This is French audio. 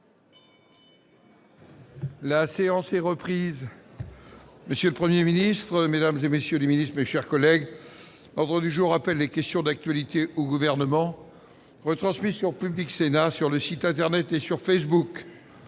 La séance est reprise.